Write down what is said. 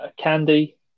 Candy